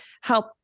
help